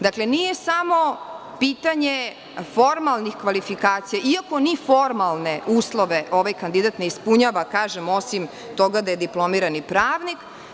Dakle, nije samo pitanje formalnih kvalifikacija, iako ni formalne uslove ovaj kandidat ne ispunjava, kažem, osim toga da je diplomirani pravnik.